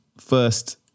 first